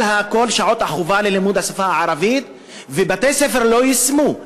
כל שעות החובה ללימוד השפה הערבית ובתי-ספר לא יישמו,